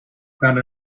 found